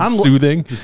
soothing